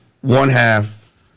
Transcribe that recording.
one-half